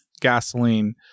gasoline